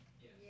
Yes